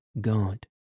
God